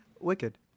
Wicked